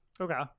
Okay